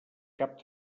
cap